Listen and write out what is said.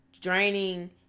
draining